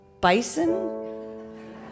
Bison